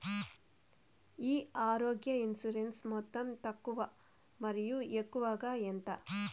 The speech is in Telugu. ఈ ఆరోగ్య ఇన్సూరెన్సు మొత్తం తక్కువ మరియు ఎక్కువగా ఎంత?